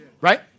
Right